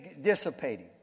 dissipating